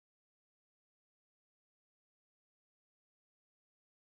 I stay hougang avenue eight leh I never hear before leh